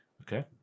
Okay